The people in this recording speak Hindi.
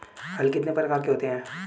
हल कितने प्रकार के होते हैं?